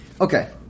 Okay